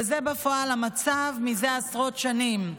וזה בפועל המצב זה עשרות שנים.